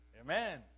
Amen